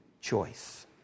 choice